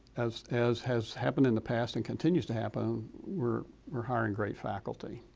as as has happened in the past and continues to happen, we're we're hiring great faculty,